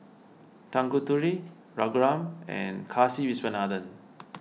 Tanguturi Raghuram and Kasiviswanathan